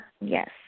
Yes